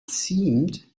seemed